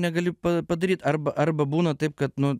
negali padaryt arba arba būna taip kad nu